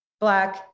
black